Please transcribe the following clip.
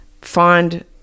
find